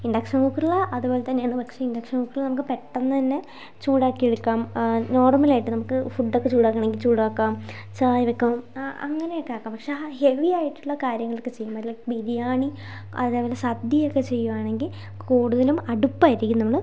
induction കുക്കറിൽ അതുപോലെത്തന്നെയാണ് പക്ഷെ ഇന്റക്ഷൻ കുക്കറിൽ നമുക്ക് പെട്ടന്നുതന്നെ ചൂടാക്കി എടുക്കാം നോർമലായിട്ട് നമുക്ക് ഫുഡ്ഡൊക്കെ ചൂടാക്കണമെങ്കിൽ ചൂടാക്കാം ചായ വയ്ക്കാം അങ്ങനെയൊക്കെ ആക്കാം പക്ഷെ ആ ഹെവി ആയിട്ടുള്ള കാര്യങ്ങളൊക്കെ ചെയ്യുമ്പോൾ ലൈക്ക് ബിരിയാണി അതേപോലെ സദ്യയൊക്കെ ചെയ്യുകയാണെങ്കിൽ കൂടുതലും അടുപ്പായിരിക്കും നമ്മൾ